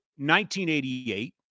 1988